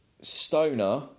Stoner